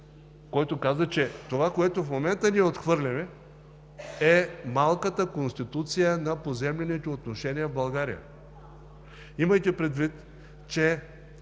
който каза, че това, което в момента ние отхвърляме, е малката конституция на поземлените отношения в България. Имайте предвид, че